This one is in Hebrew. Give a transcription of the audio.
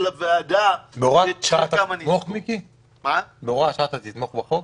הוועדה --- בהוראת שעה אתה תתמוך בחוק?